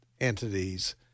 entities